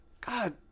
god